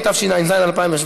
התשע"ז 2017,